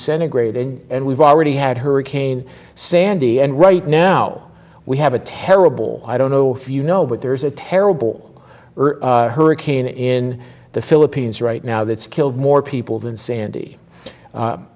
centigrade and we've already had hurricane sandy and right now we have a terrible i don't know if you know but there's a terrible hurricane in the philippines right now that's killed more people than sandy